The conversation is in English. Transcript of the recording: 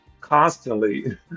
constantly